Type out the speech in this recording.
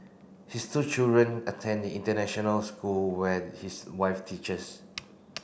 his two children attend the international school where his wife teaches